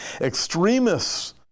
Extremists